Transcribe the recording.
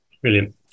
Brilliant